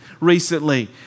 recently